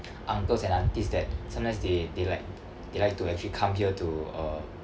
uncles and aunties that sometimes they they like they like to actually come here to uh